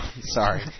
Sorry